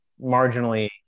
marginally